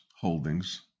holdings